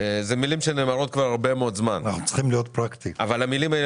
אלה מלים שנאמרות כבר הרבה מאוד זמן אבל המלים האלה